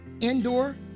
indoor